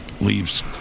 leaves